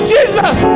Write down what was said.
Jesus